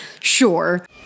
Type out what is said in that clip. Sure